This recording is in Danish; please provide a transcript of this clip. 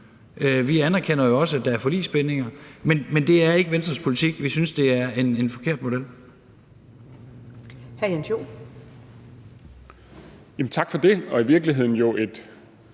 Vi anerkender også, at der er forligsbindinger, men det er ikke Venstres politik. Vi synes, det er en forkert model.